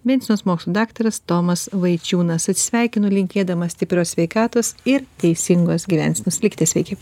medicinos mokslų daktaras tomas vaičiūnas atsisveikinu linkėdamas stiprios sveikatos ir teisingos gyvensenos likite sveiki